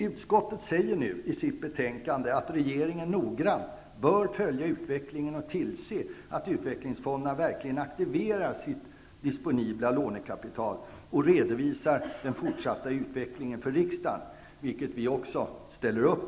Utskottet säger nu i sitt betänkande att regeringen noggrant bör följa utvecklingen och tillse att utvecklingsfondernas disponibla lånekapital verkligen aktiveras och att fortsatt utveckling redovisas för riksdagen, något som också vi ställer upp på.